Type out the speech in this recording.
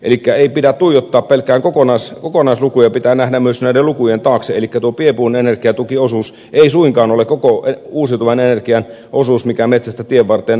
elikkä ei pidä tuijottaa pelkkiin kokonaislukuihin pitää nähdä myös näiden lukujen taakse elikkä tuo pienpuun energiatukiosuus ei suinkaan ole koko uusiutuvan energian osuus mikä metsästä tien varteen ajetaan